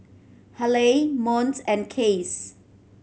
Haleigh Monts and Case